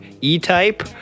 E-Type